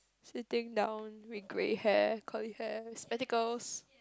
sitting down with grey hair curly hair spectacles